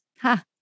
Ha